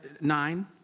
Nine